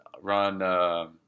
Run